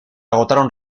agotaron